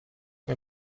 mir